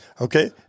okay